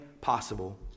possible